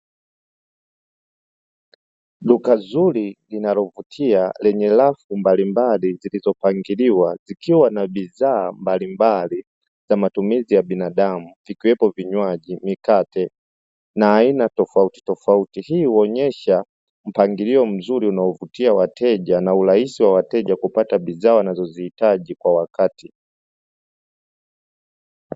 Duka zuri linalovutia lenye rafu mbalimbali zilizopangiliwa zikiwa na bidhaa mbalimbali na matumizi ya binadamu ikiwepo vinywaji mikate na aina tofauti tofauti. Hii huonyesha mpangilio mzuri unaovutia wateja na urahisi wa wateja kupata bidhaa wanazozihitaji kwa wakati.